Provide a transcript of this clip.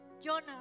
Jonah